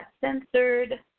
censored